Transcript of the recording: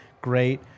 great